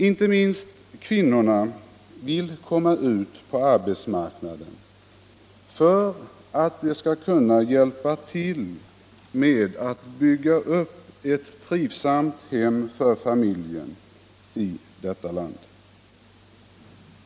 Inte minst kvinnorna bland invandrarna vill söka sig ut på arbetsmarknaden för att de skall kunna hjälpa till med att bygga upp ett trivsamt hem för familjen i det nya landet.